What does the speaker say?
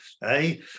Hey